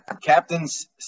Captains